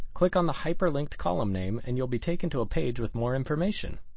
click on the hyperlinked column name and you'll be taken to a page with more information.